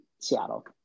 Seattle